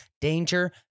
danger